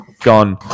gone